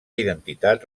identitat